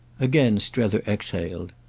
again strether exhaled.